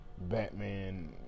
Batman